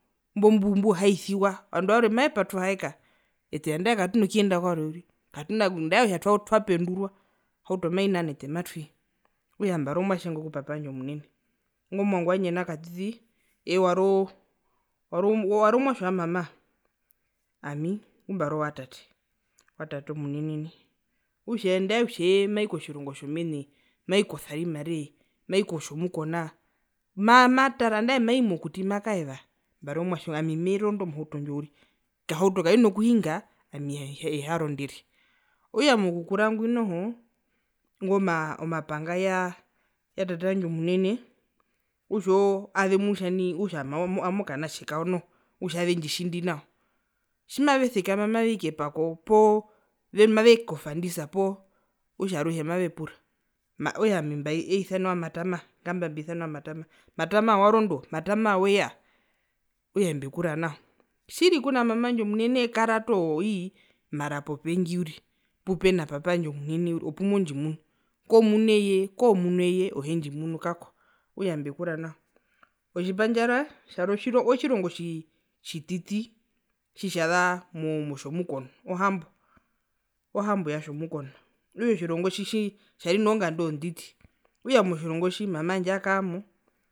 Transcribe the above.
Imbo mbu mbuhaisiwa ovandu varwe mavepatwa ohaeka ete nandae katunakuyenda kwarwe uriri katuna nandae twa twapendurwa ohauto mainana ete matwii, okutja mbari omwatje ngo ku papa wandje omunene, ingo mwangu wandje nao katiti ee wari wari omwatje wa mama ami ongumbari wa tate wa tate munene nai okutja eye nandae mai kotjirongo tjomene mai kosariemare mai kotjomukona ma ma matara nandae mai mokuti makaeva mbari omwatje ami merondo mohauto ndjo uriri ohauto kaina kuhinga ami eharondere okutja mokukura ngwi noho ingo ma mapanga ya ya tate wandje omunene okutja oo avemunu kutja nai ami owami okanatje kao noho okutja aavendjitjindi nao tjimavesekama maveii kepako poo ve ve maveii kofandisa poo okutja aruhe mavepura okutja ami eisanewa matamaa ngamba mbisanenwa matama, matama warondo matama weya tjiri kuna mama wandje omunene eekara toho ii mara popengi uriri pupena papa wandje omunene opumondjimunu koomuneye koomunu eye ohendjimunu kako, okutja mbekura nao. otjipandjarua tjari otjirongo, otjirongo tjititi tjitjazaa mo mo tjomukona oham ohambo ya tjomukona okutja motjirongo tji mama wandje aakaamo.